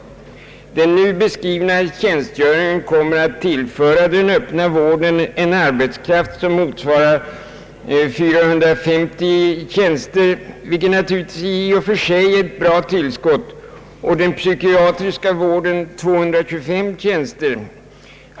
Den nu beskrivna tjänstgöringen kommer att tillföra den öppna vården en arbetskraft som motsvarar 450 tjänster — naturligtvis i och för sig ett bra tillskott — och den psykiatriska vården en arbetskraft motsvarande 225 tjänster.